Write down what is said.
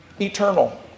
eternal